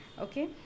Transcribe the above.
Okay